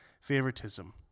favoritism